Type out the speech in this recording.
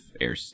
air